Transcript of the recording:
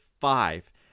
five